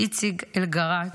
איציק אלגרט,